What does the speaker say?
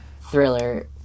thriller